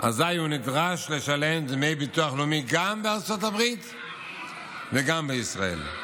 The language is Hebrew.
נדרש לשלם דמי ביטוח לאומי גם בארצות הברית וגם בישראל.